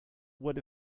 what